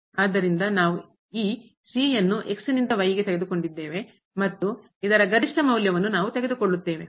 ಆದ್ದರಿಂದ ನಾವು ಈ ಅನ್ನು ನಿಂದ ಗೆ ತೆಗೆದುಕೊಂಡಿದ್ದೇವೆ ಮತ್ತು ಇದರ ಗರಿಷ್ಠ ಮೌಲ್ಯವನ್ನು ನಾವು ತೆಗೆದುಕೊಳ್ಳುತ್ತೇವೆ